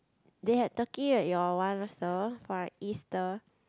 they had turkey at your one also for Easter